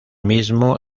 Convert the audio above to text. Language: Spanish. mismo